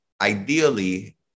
ideally